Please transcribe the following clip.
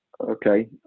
okay